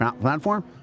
platform